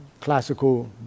classical